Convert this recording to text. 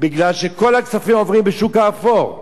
בגלל שכל הכספים עוברים בשוק האפור.